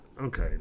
Okay